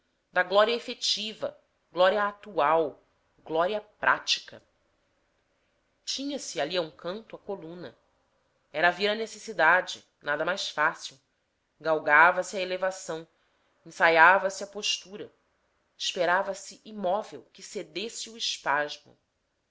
da glória efetiva glória atual glória prática tinha-se ali a um canto a coluna era vir a necessidade nada mais fácil galgava se a elevação ensaiava se a postura esperava-se imóvel que cedesse o espasmo